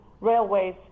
railways